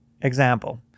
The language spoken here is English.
Example